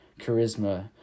charisma